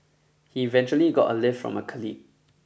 he eventually got a lift from a colleague